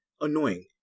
annoying